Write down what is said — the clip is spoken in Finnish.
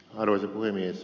arvoisa puhemies